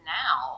now